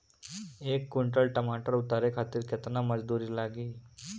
एक कुंटल टमाटर उतारे खातिर केतना मजदूरी लागी?